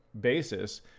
basis